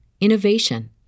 innovation